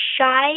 shy